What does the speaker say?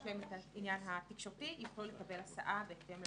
להם את עניין התקשורתי יוכלו לקבל הסעה בהקדם.